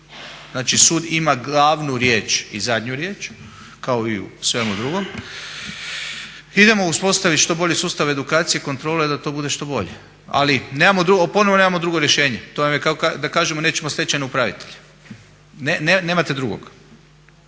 znači sud ima glavnu riječ i zadnju riječ kao i u svemu drugom. Idemo uspostaviti što bolji sustav edukacije i kontrole da to bude što bolje. Ali nemamo drugo, ponovno nemamo drugo rješenje. To vam je kao da kažemo nećemo stečajne upravitelje, nemate drugog.